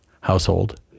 household